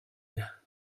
here